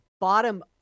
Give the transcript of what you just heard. bottom